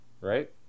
right